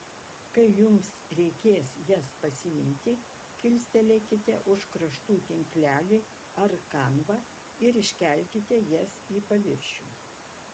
kai jums reikės jas pasiimti kilstelėkite už kraštų tinklelį ar kanvą ir iškelkite jas į paviršių